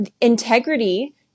integrity